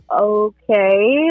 okay